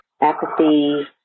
apathy